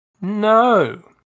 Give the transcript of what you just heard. No